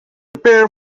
prepare